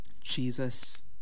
Jesus